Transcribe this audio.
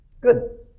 good